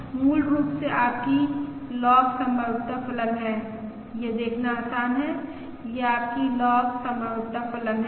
तो यह मूल रूप से आपकी लॉग संभाव्यता फलन है यह देखना आसान है यह आपकी लॉग संभाव्यता फलन है